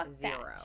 zero